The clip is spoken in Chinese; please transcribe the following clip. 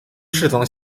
世宗